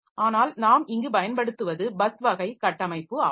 ஆனால் நாம் இங்கு பயன்படுத்துவது பஸ் வகை கட்டமைப்பு ஆகும்